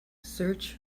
search